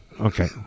okay